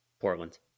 Portland